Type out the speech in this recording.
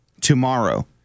tomorrow